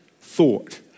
thought